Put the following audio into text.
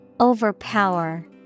Overpower